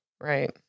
Right